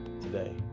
today